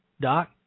Doc